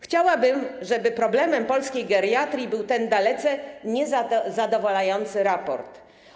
Chciałabym, żeby problemem polskiej geriatrii był ten dalece niezadowalający raport.